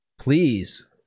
please